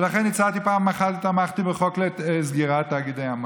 ולכן הצעתי פעם אחת ותמכתי בחוק לסגירת תאגידי המים.